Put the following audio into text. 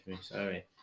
Sorry